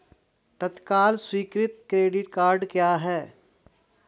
तत्काल स्वीकृति credit cards क्या हैं?